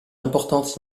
importante